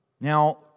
Now